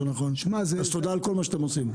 אז תודה על כל מה שאתם עושים.